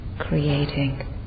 creating